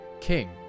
king